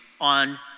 on